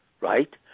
Right